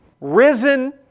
risen